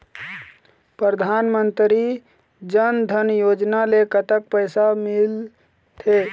परधानमंतरी जन धन योजना ले कतक पैसा मिल थे?